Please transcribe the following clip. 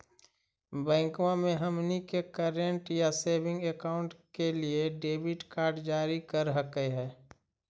बैंकवा मे हमनी के करेंट या सेविंग अकाउंट के लिए डेबिट कार्ड जारी कर हकै है?